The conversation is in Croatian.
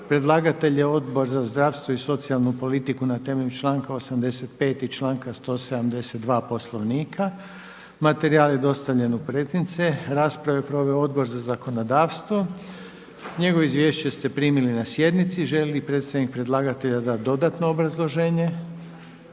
Predlagatelj je Odbor za zdravstvo i socijalnu politiku na temelju članka 85. i 172. Poslovnika. Materijal je dostavljen u pretince. Raspravu je proveo Odbor za zakonodavstvo. Njegovo izvješće ste primili na sjednici. Želi li predstavnik predlagatelja dati dodatno obrazloženje?